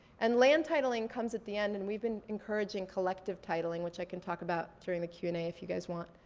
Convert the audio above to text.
and land titling comes at the end and we've been encouraging collective titling which i can talk about during the q and a if you guys want.